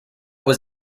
was